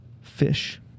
Fish